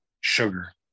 sugar